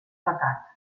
pecat